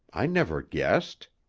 i never guessed.